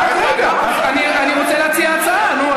רק רגע, אני רוצה להציע הצעה, נו.